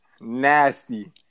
Nasty